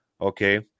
okay